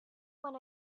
when